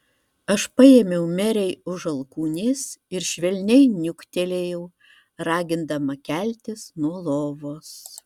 aš paėmiau merei už alkūnės ir švelniai niuktelėjau ragindama keltis nuo lovos